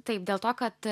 taip dėl to kad